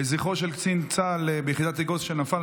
לזכרו של קצין צה"ל ביחידת אגוז שנפל.